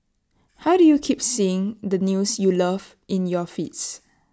how do you keep seeing the news you love in your feeds